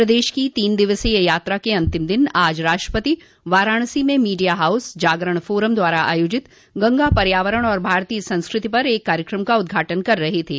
प्रदेश की तीन दिवसीय यात्रा के अंतिम दिन आज राष्ट्रपति वाराणसी में मीडिया हाऊस जागरण फोरम द्वारा आयोजित गंगा पर्यावरण और भारतीय संस्कृति पर एक कार्यक्रम का उद्घाटन कर रहे थे